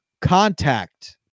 contact